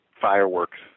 fireworks